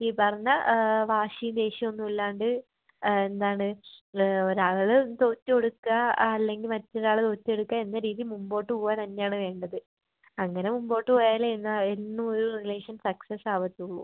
ഈ പറഞ്ഞ വാശിയും ദേഷ്യം ഒന്നും ഇല്ലാണ്ട് എന്താണ് ഒരാൾ തോറ്റു കൊടുക്കുക ആ അല്ലെങ്കിൽ മറ്റൊരാൾ തോറ്റു കൊടുക്കുക എന്ന രീതിയിൽ മുമ്പോട്ട് പോവുക തന്നെയാണ് വേണ്ടത് അങ്ങനെ മുമ്പോട്ട് പോയാലേ എന്നും എന്നും ഒരു റിലേഷൻ സക്സസ് ആവത്തുള്ളൂ